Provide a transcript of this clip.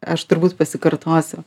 aš turbūt pasikartosiu